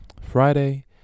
friday